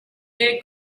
gay